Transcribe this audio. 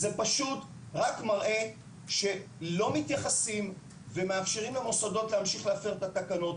זה רק מראה שלא מתייחסים ומאפשרים למוסדות להמשיך להפר את התקנות.